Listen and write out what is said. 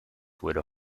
would